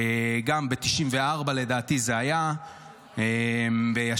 לדעתי זה היה ב-1994.